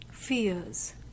fears